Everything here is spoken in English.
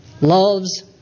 loves